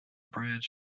bridge